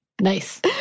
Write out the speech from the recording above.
Nice